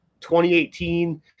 2018